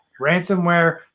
Ransomware